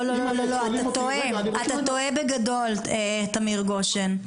לא, לא, אתה טועה בגדול, תמיר גושן.